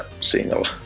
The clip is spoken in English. single